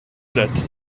that